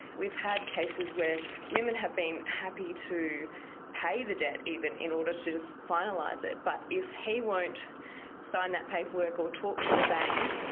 we've had cases where women have been happy to pay the debt even in order to just finalise it. but if he won't sign that paperwork or talk to the bank,